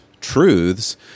truths